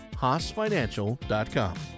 HaasFinancial.com